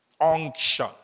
unction